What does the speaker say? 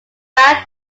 bath